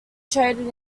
traded